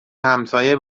همسایه